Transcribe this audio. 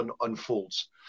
unfolds